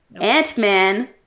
Ant-Man